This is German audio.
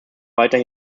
weiter